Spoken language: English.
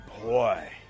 Boy